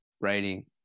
writing